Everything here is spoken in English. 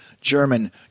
German